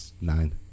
Nine